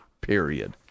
period